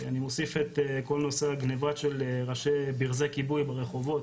אני מוסיף את כל נושא הגניבה של ראשי ברזי כיבוי ברחובות,